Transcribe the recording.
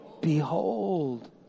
behold